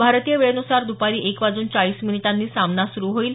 भारतीय वेळेनुसार दुपारी एक वाजून चाळीस मिनिटांनी सामना सुरू होईल